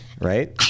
right